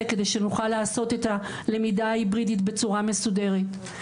כדי שנוכל לעשות את הלמידה ההיברידית בצורה מסודרת,